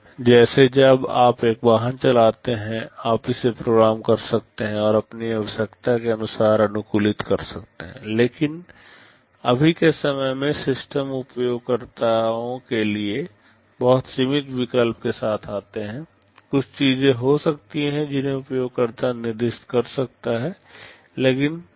जैसे जब आप एक वाहन चलाते हैं आप इसे प्रोग्राम कर सकते हैं और अपनी आवश्यकता के अनुसार अनुकूलित कर सकते हैं लेकिन अभी के समय में सिस्टम उपयोगकर्ताओं के लिए बहुत सीमित विकल्प के साथ आते हैं कुछ चीजें हो सकती हैं जिन्हें उपयोगकर्ता निर्दिष्ट कर सकता है लेकिन सभी नहीं